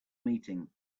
meeting